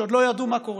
כשעוד לא ידעו מה קורה,